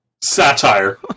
Satire